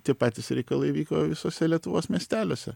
tie patys reikalai vyko visose lietuvos miesteliuose